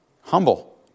Humble